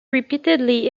repeatedly